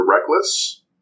reckless